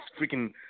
freaking